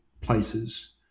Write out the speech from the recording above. places